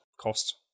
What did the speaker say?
cost